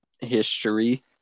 history